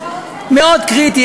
מאוד קריטי.